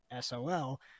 sol